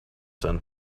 sand